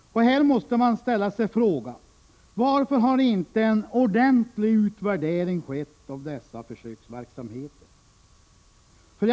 Här måste man ställa sig frågan: Varför har inte en ordentlig utvärdering skett av dessa försöksverksamheter?